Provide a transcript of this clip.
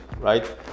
right